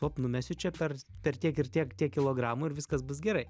op numesiu čia per per tiek ir tiek tiek kilogramų ir viskas bus gerai